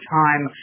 time